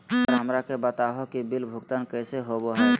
Sir हमरा के बता हो कि बिल भुगतान कैसे होबो है?